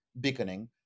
beaconing